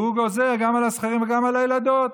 והוא גוזר גם על הזכרים וגם על הילדות: